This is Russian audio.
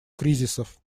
кризисов